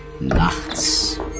Nachts